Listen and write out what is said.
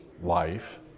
life